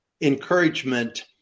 encouragement